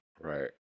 Right